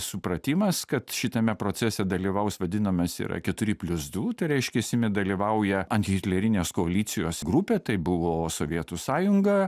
supratimas kad šitame procese dalyvaus vadinamas yra keturi plius du tai reiškias jame dalyvauja antihitlerinės koalicijos grupė tai buvo sovietų sąjunga